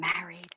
married